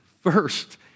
First